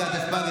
תודה רבה,